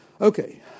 Okay